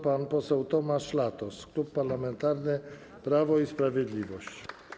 Pan poseł Tomasz Latos, Klub Parlamentarny Prawo i Sprawiedliwość.